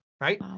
Right